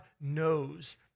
knows